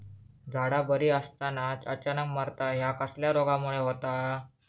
झाडा बरी असताना अचानक मरता हया कसल्या रोगामुळे होता?